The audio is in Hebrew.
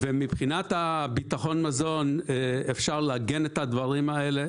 ומבחינת הביטחון מזון אפשר לעגן את הדברים האלה,